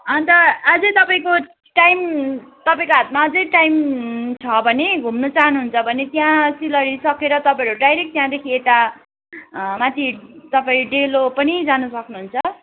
अन्त आजै तपाईँको टाइम तपाईँको हातमा अझै टाइम छ भने घुम्नु चाहनुहुन्छ भने त्यहाँ सिल्लरी सकेर तपाईँहरू डाइरेक्ट त्यहाँदेखि यता माथि तपाईँ डेलो पनि जान सक्नुहुन्छ